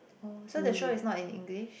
oh so the show is not in English